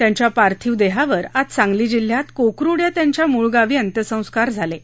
त्यांच्या पार्थिव देहावर आज सांगली जिल्ह्यात कोकरुड या त्यांच्या मूळ गावी अंत्यसंस्कार होत आहेत